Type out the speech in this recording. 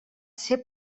ser